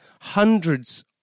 hundreds